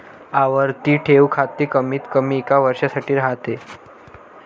आवर्ती ठेव खाते कमीतकमी एका वर्षासाठी राहते